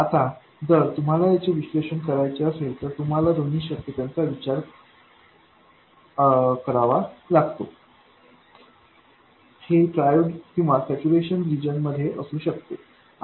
आता जर तुम्हाला याचे विश्लेषण करायचे असेल तर तुम्हाला दोन्ही शक्यतांचा विचार करावा लागतो हे ट्राइओड किंवा सैच्यूरेशन रिजन मध्ये असू शकते